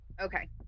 Okay